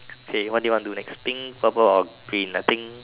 k what do you want to do next pink purple or green I think